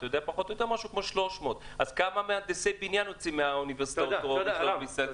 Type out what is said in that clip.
משהו כמו 300. אז כמה מהנדסי בניין יוצאים מהאוניברסיטאות בישראל?